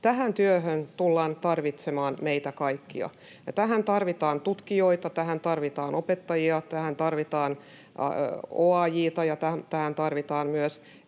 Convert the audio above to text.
Tähän työhön tullaan tarvitsemaan meitä kaikkia. Tähän tarvitaan tutkijoita, tähän tarvitaan